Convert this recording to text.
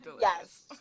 Yes